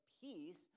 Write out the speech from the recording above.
peace